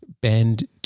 bend